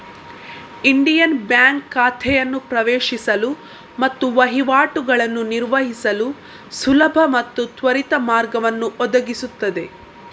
Indian bank ಖಾತೆಯನ್ನು ಪ್ರವೇಶಿಸಲು ಮತ್ತು ವಹಿವಾಟುಗಳನ್ನು ನಿರ್ವಹಿಸಲು ಸುಲಭ ಮತ್ತು ತ್ವರಿತ ಮಾರ್ಗವನ್ನು ಒದಗಿಸುತ್ತದೆ